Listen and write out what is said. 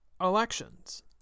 elections